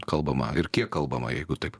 kalbama ir kiek kalbama jeigu taip